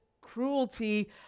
cruelty